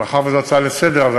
מאחר שזו הצעה לסדר-היום,